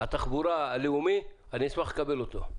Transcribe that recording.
התחבורה הלאומי, אני אשמח לקבל אותו.